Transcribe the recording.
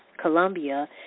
Colombia